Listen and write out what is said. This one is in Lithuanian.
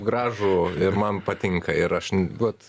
gražų ir man patinka ir aš vat